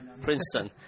Princeton